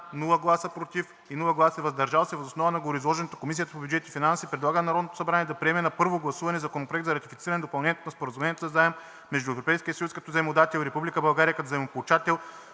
без гласове „против“ и „въздържал се“. Въз основа на гореизложеното Комисията по бюджет и финанси предлага на Народното събрание да приеме на първо гласуване Законопроект за ратифициране на Допълнението на Споразумението за заем между Европейския съюз като заемодател и Република България като заемополучател,